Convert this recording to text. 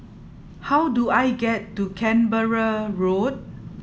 how do I get to Canberra Road